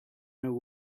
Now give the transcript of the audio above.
know